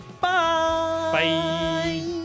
Bye